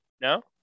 no